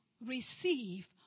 receive